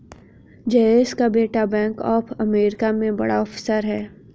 जयेश का बेटा bank of America में बड़ा ऑफिसर है